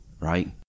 right